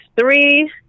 three